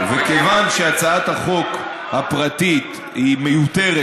כיוון שהצעת החוק הפרטית היא מיותרת,